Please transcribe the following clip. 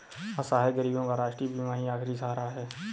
असहाय गरीबों का राष्ट्रीय बीमा ही आखिरी सहारा है